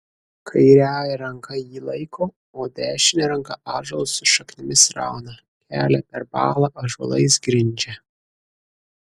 kairiąja ranka jį laiko o dešine ranka ąžuolus su šaknimis rauna kelią per balą ąžuolais grindžia